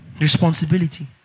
Responsibility